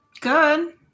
Good